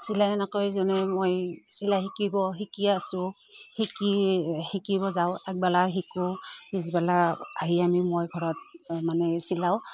চিলাই মই চিলাই শিকিব শিকি আছো শিকি শিকিব যাওঁ আগবেলা শিকোঁ পিছবেলা আহি আমি মই ঘৰত মানে চিলাওঁ